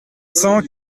cent